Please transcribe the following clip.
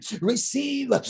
Receive